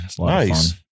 Nice